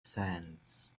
sands